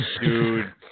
Dude